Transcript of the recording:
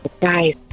guy's